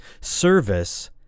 Service